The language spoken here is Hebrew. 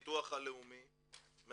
הביטוח הלאומי למקום הרלבנטי,